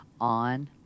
on